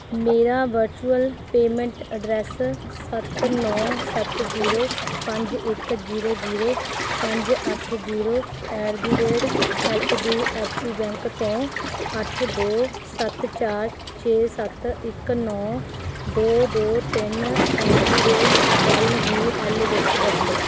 ਮੇਰਾ virtual payment address ਸੱਤ ਨੌ ਸੱਤ ਜੀਰੋ ਪੰਜ ਇੱਕ ਜੀਰੋ ਜੀਰੋ ਪੰਜ ਅੱਠ zero at the rate H D F C bank ਤੋਂ ਅੱਠ ਦੋ ਸੱਤ ਚਾਰ ਛੇ ਸੱਤ ਇੱਕ ਨੌ ਦੋ ਦੋ ਤਿੰਨ at the rate Y B L ਵਿੱਚ ਬਦਲੋ